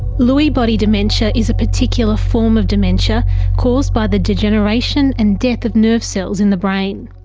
lewy body dementia is a particular form of dementia caused by the degeneration and death of nerve cells in the brain.